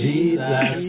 Jesus